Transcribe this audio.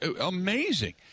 amazing